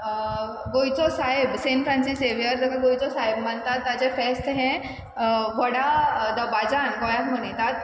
गोंयचो सायब Saint Francis Xavier जाका गोंयचो सायब मानतात ताजे फेस्त हें व्हडा दबाज्यान गोंयांत मनयतात